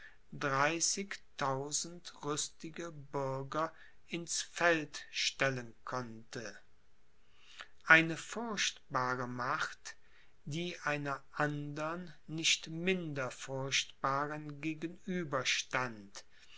rüstige bürger ins feld stellen konnte eine furchtbare macht die einer andern nicht minder furchtbaren